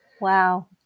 Wow